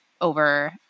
over